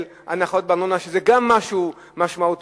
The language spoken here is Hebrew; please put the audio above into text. הנחות בארנונה שהן גם משהו משמעותי,